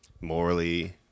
morally